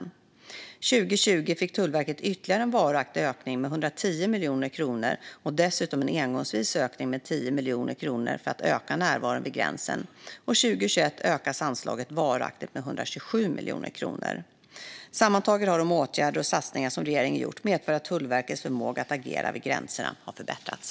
År 2020 fick Tullverket ytterligare en varaktig ökning med 110 miljoner kronor och dessutom en engångsvis ökning med 10 miljoner kronor för att öka närvaron vid gränsen, och 2021 ökas anslaget varaktigt med 127 miljoner kronor. Sammantaget har de åtgärder och satsningar som regeringen gjort medfört att Tullverkets förmåga att agera vid gränserna har förbättrats.